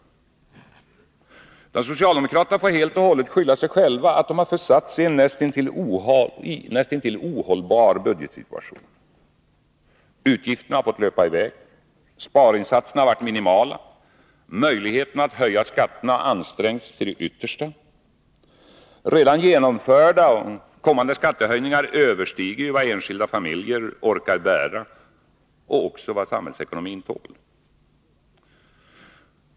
Socialdemokraterna har helt och hållet sig själva att skylla, att de har försatt sig i en näst intill ohållbar budgetsituation. Utgifterna har fått löpa i väg, sparinsatserna har varit minimala och möjligheterna att höja skatterna har ansträngts till det yttersta. Redan genomförda och kommande skattehöjningar överstiger både vad enskilda familjer orkar bära och vad samhällsekonomin tål.